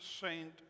Saint